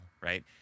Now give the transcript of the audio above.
right